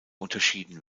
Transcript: unterschieden